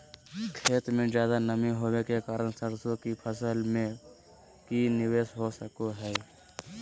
खेत में ज्यादा नमी होबे के कारण सरसों की फसल में की निवेस हो सको हय?